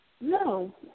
No